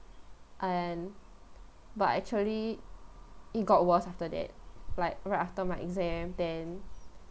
and but actually it got worse after that like right after my exam then